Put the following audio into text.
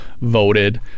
voted